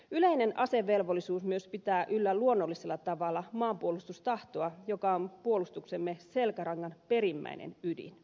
yleinen asevelvollisuus pitää myös yllä luonnollisella tavalla maanpuolustustahtoa joka on puolustuksemme selkärangan perimmäinen ydin